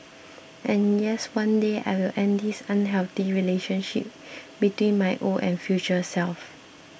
and yes one day I will end this unhealthy relationship between my old and future selves